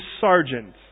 sergeant